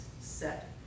set